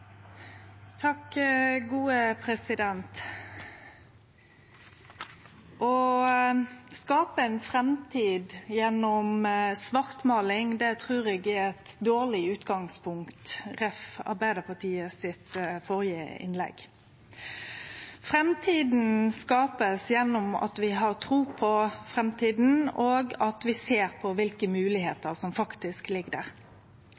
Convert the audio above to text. eit dårleg utgangspunkt, jf. Arbeidarpartiets førre innlegg. Framtida blir skapt gjennom at vi har tru på framtida, og at vi ser på kva moglegheiter som faktisk ligg der.